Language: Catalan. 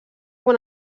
quan